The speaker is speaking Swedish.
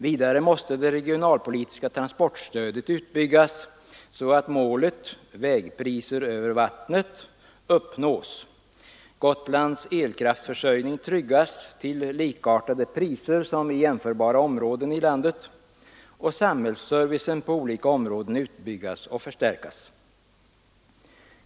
Vidare måste det regionalpolitiska transportstödet utbyggas så att målet ”vägpriser över vattnet” uppnås, Gotlands elkraftförsörjning tryggas till likartade priser som i jämförbara områden i landet och samhällsservicen på olika områden utbyggas och förstärkas.